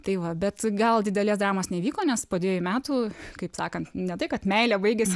tai va bet gal didelės dramos neįvyko nes po dviejų metų kaip sakant ne tai kad meilė baigėsi